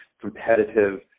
competitive